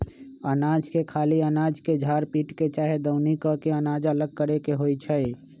अनाज के खाली अनाज के झार पीट के चाहे दउनी क के अनाज अलग करे के होइ छइ